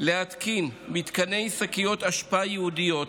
להתקין מתקני שקיות אשפה ייעודיות